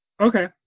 Okay